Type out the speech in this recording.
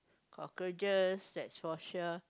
cockroaches that's for sure